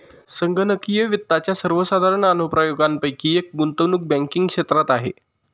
संगणकीय वित्ताच्या सर्वसाधारण अनुप्रयोगांपैकी एक गुंतवणूक बँकिंग क्षेत्रात आहे